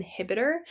inhibitor